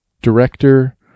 Director